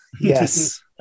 Yes